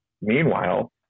meanwhile